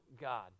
God